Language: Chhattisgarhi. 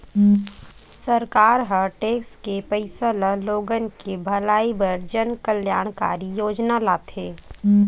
सरकार ह टेक्स के पइसा ल लोगन के भलई बर जनकल्यानकारी योजना लाथे